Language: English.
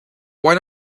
why